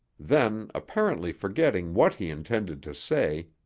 then, apparently forgetting what he intended to say,